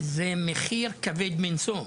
במחיר כבד מנשוא,